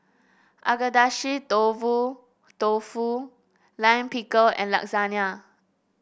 Agedashi Dofu dofu Lime Pickle and Lasagna